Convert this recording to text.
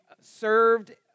served